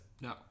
No